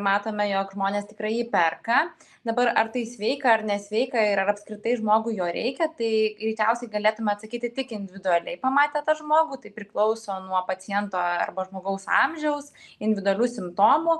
matome jog žmonės tikrai jį perka dabar ar tai sveika ar nesveika ir ar apskritai žmogui jo reikia tai greičiausiai galėtume atsakyti tik individualiai pamatę tą žmogų tai priklauso nuo paciento arba žmogaus amžiaus individualių simptomų